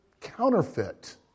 counterfeit